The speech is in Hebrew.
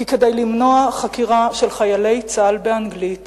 כי כדי למנוע חקירה של חיילי צה"ל באנגלית